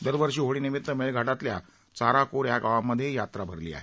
दरवर्षी होळीनिमित मेळघाटातल्या चारा कोर या गावांमध्ये यात्राही भरली आहे